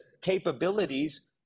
capabilities